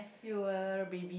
you were a baby